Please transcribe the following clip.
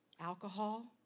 alcohol